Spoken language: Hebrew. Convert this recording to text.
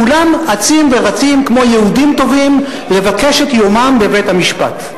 כולם אצים ורצים כמו יהודים טובים לבקש את יומם בבית-המשפט.